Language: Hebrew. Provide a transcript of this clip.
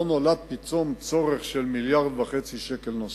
לא נולד פתאום צורך של מיליארד וחצי שקל נוספים.